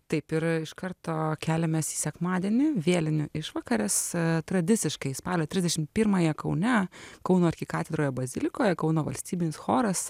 taip ir iš karto keliamės į sekmadienį vėlinių išvakarės tradiciškai spalio trisdešim pirmąją kaune kauno arkikatedroje bazilikoje kauno valstybinis choras